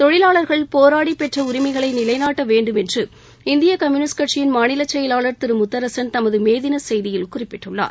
தொழிலாளர்கள் போராடி பெற்ற உரிமைகளை நிலைநாட்ட வேண்டும் என்று இந்திய கம்யூனிஸ்ட் கட்சி மாநில செயலாளர் திரு முத்தரசன் தமது மே தின செய்தியில் குறிப்பிட்டுள்ளார்